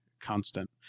constant